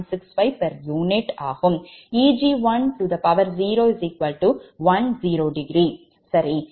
Eg10 1∠0 சரி